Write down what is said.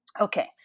Okay